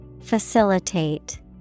Facilitate